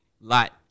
lot